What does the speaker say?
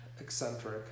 eccentric